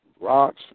rocks